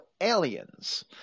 aliens